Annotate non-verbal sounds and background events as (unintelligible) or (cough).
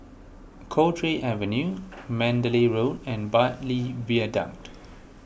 Cowdray Avenue Mandalay Road and Bartley (unintelligible)